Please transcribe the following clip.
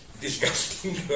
disgusting